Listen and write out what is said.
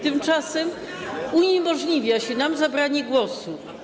Tymczasem uniemożliwia się nam zabranie głosu.